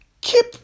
keep